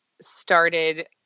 started